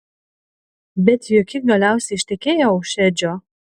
bet juk ji galiausiai ištekėjo už edžio